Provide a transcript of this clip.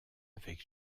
avec